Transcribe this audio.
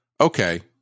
okay